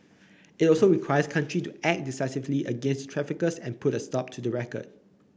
it also requires countries act decisively against the traffickers and put a stop to the racket